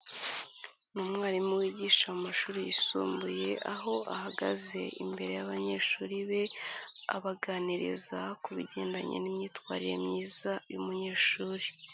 Ni umwarimu wigisha mashuri yisumbuye, aho ahagaze imbere y'abanyeshuri be, abaganiriza ku bigendanye n'imyitwarire myiza y'umunyeshuri.